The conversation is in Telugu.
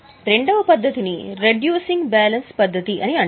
రెండవ పద్ధతిని రెడ్యూసింగ్ బ్యాలెన్స్ పద్ధతి అని అంటారు